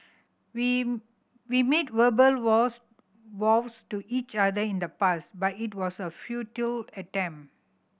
we we made verbal vows vows to each other in the past but it was a futile attempt